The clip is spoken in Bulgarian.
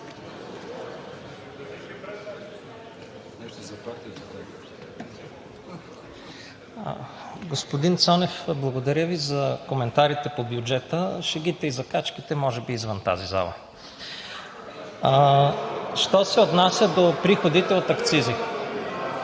Господин Цонев, благодаря Ви за коментарите по бюджета. Шегите и закачките може би извън тази зала. (Шум и реплики.) Що се отнася до приходите от акцизите,